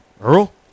Earl